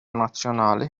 nazzjonali